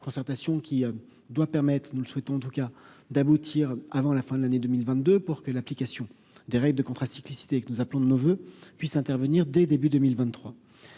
concertation qui doit permettre, nous le souhaitons tout cas d'aboutir avant la fin de l'année 2022 pour que l'application des règles de contrat cyclicité que nous appelons de nos voeux puisse intervenir dès début 2023